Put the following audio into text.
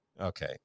Okay